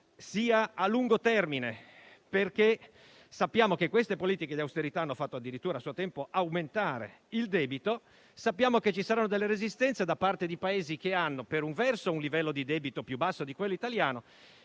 sia a lungo termine. Sappiamo infatti che queste politiche di austerità a suo tempo hanno fatto addirittura aumentare il debito, sappiamo che ci saranno delle resistenze da parte di Paesi che hanno, per un verso, un livello di debito più basso di quello italiano